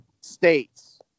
states